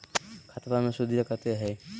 खतबा मे सुदीया कते हय?